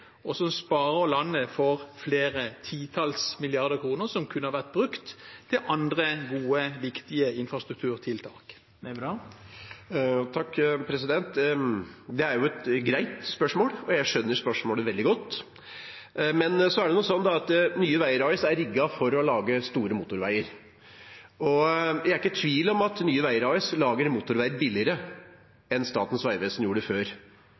og som sparer landet for flere titall milliarder kroner, som kunne vært brukt til andre gode, viktige infrastrukturtiltak? Det er et greit spørsmål, og jeg skjønner spørsmålet veldig godt. Nye Veier er rigget for å lage store motorveier. Jeg er ikke i tvil om at Nye Veier lager motorveier billigere enn Statens vegvesen gjorde før.